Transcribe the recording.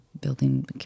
building